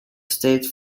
state